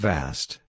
Vast